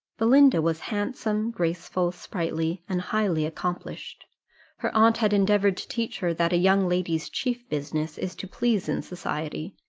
belinda was handsome, graceful, sprightly, and highly accomplished her aunt had endeavoured to teach her that a young lady's chief business is to please in society,